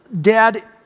dad